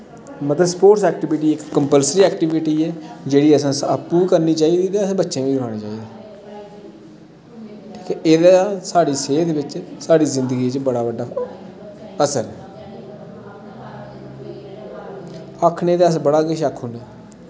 मतलब sports activity इक compulsory activity ऐ जेह्ड़ी असें आपूं बी करनी चाहिदी ते बच्चें गी बी करानी चाहिदी ते एह्दा साढ़ी सेह्त बिच्च साढ़ी जिन्दगी बिच्च बड़ा बड्डा असर आखने गी ते अस बड़ा किश आक्खी ओड़ने